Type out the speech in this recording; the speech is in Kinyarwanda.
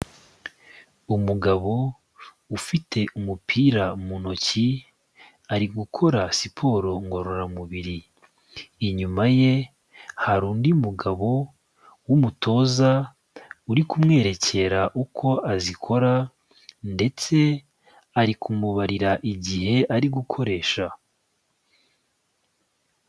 Umugabo ufite umupira mu ntoki ari gukora siporo ngororamubiri. Inyuma ye hari undi mugabo w'umutoza uri kumwerekera uko azikora, ndetse ari kumubarira igihe ari gukoresha.